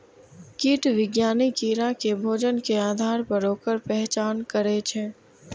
कीट विज्ञानी कीड़ा के भोजन के आधार पर ओकर पहचान करै छै